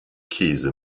käse